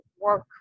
work